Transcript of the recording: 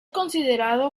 considerado